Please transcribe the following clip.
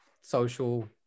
social